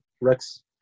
Rex